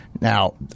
Now